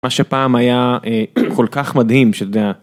מה שפעם היה כל כך מדהים שאתה יודע